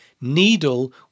Needle